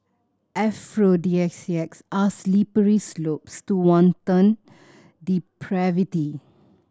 aphrodisiacs are slippery slopes to wanton depravity